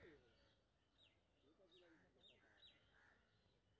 हमरो बैंक खाता से दुसरा खाता में केना भेजम?